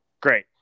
great